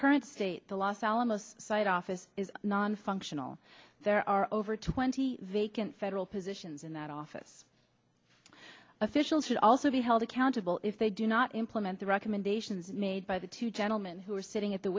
current state the los alamos site office is nonfunctional there are over twenty vacant federal positions in that office and officials should also be held accountable if they do not implement the recommendations made by the two gentlemen who are sitting at the